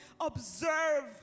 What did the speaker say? observe